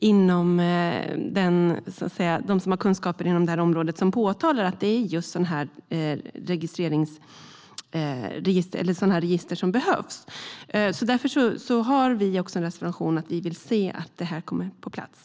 Det är så många av dem som har kunskaper inom detta område som påpekar att det är just ett sådant register som behövs. Därför framför vi i en reservation att vi vill se att detta kommer på plats.